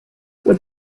with